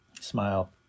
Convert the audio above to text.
Smile